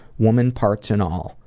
woman parts and all.